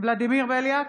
ולדימיר בליאק,